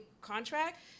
contract